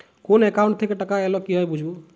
কোন একাউন্ট থেকে টাকা এল কিভাবে বুঝব?